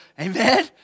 Amen